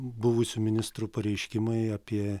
buvusių ministrų pareiškimai apie